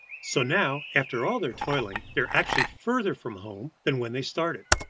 so now, after all their toiling, they are actually further from home than when they started.